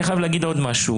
אני חייב להגיד עוד משהו.